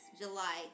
july